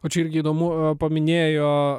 o čia irgi įdomu paminėjo